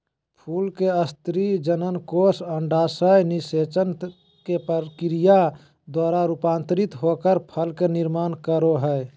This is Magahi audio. फूल के स्त्री जननकोष अंडाशय निषेचन के प्रक्रिया द्वारा रूपांतरित होकर फल के निर्माण कर हई